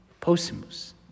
posimus